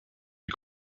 die